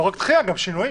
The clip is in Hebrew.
לא רק דחייה, גם שינויים.